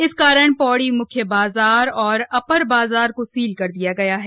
इस कारण पौड़ी मुख्य बाजार और अपर बाजार को सील कर दिया गया है